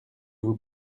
vous